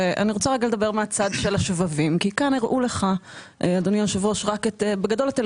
אני רוצה לדבר מהצד של השבבים כי כאן הראו לך בגדול רק את תל